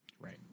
Right